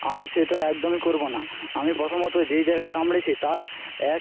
আমি সেটা একদমই করব না আমি প্রথমত যে জায়গায় কামড়েছে তার এক